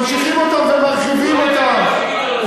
ממשיכים אותם ומרחיבים אותם,